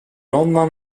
lendemain